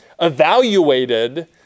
evaluated